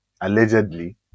allegedly